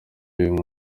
y’uyu